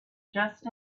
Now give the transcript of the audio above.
just